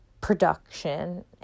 production